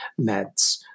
meds